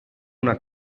una